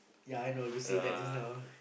ya I know you say that just now